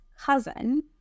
cousin